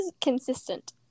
consistent